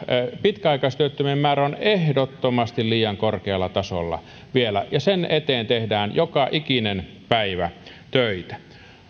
pitkäaikaistyöttömien määrä on ehdottomasti liian korkealla tasolla vielä ja sen eteen tehdään joka ikinen päivä töitä